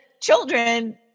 children